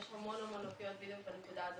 יש המון לקויות בדיוק בנקודה הזאת.